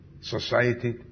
society